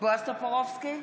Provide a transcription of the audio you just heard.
בועז טופורובסקי,